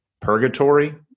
purgatory